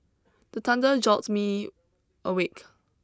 the thunder jolt me awake